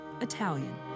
Italian